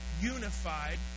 unified